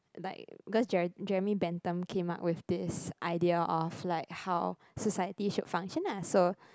like cause Jere~ Jeremy-Bentham came up with this idea of like how society should function ah so